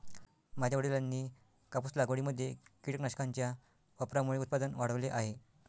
माझ्या वडिलांनी कापूस लागवडीमध्ये कीटकनाशकांच्या वापरामुळे उत्पादन वाढवले आहे